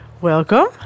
Welcome